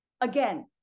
again